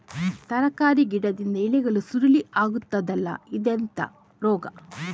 ತರಕಾರಿ ಗಿಡದ ಎಲೆಗಳು ಸುರುಳಿ ಆಗ್ತದಲ್ಲ, ಇದೆಂತ ರೋಗ?